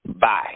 bye